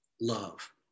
love